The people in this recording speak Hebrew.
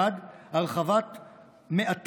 1. הרחבת מאתרים,